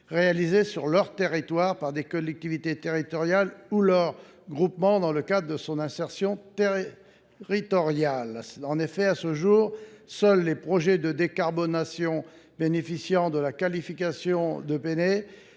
réalisés sur leur territoire par des collectivités territoriales ou leurs groupements dans le cadre de leur insertion territoriale. En effet, à ce jour, seuls les projets de décarbonation bénéficiant de la qualification de Pene